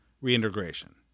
reintegration